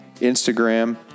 Instagram